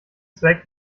zweck